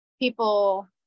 people